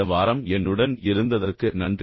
இந்த வாரம் என்னுடன் இருந்ததற்கு நன்றி